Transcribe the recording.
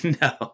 No